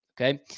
Okay